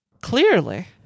clearly